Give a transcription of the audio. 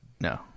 No